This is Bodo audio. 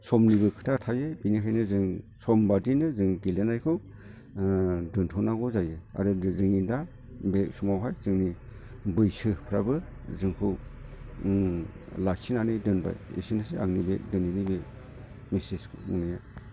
समनिबो खोथा थायो बेनिखायनो जों सम बादिनो जों गेलेनायखौ दोनथ'नांगौ जायो आरो जोंनि दा बे समावहाय जोंनि बैसोफ्राबो जोंखौ लाखिनानै दोनबाय एसेनोसै दिनै आंनि बे मिसेसखौ बुंनाया